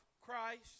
Christ